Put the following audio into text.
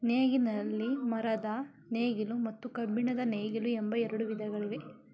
ನೇಗಿಲಿನಲ್ಲಿ ಮರದ ನೇಗಿಲು ಮತ್ತು ಕಬ್ಬಿಣದ ನೇಗಿಲು ಎಂಬ ಎರಡು ವಿಧಗಳಿವೆ